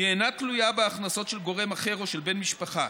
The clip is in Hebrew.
היא אינה תלויה בהכנסות של גורם אחר או של בן משפחה.